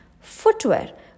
Footwear